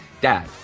Dad